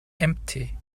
empty